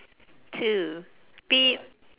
two